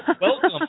welcome